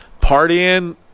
partying